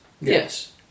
Yes